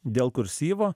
dėl kursyvo